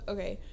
Okay